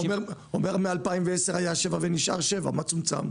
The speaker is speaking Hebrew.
מ-2010 היו שבע ונשארו שבע.